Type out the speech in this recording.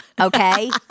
okay